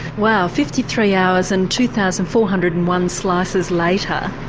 wow, fifty three hours and two thousand four hundred and one slices later,